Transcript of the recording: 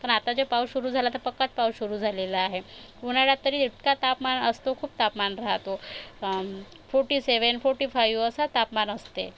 पण आता जे पाऊस सुरु झाला ते पक्काच पाऊस सुरु झालेला आहे उन्हाळ्यात तरी इतका तापमान असतो खूप तापमान राहातो फोटीसेवेन फोटीफाइव असा तापमान असते